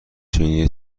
چینی